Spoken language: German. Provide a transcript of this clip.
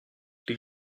die